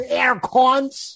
aircons